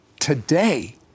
Today